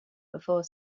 before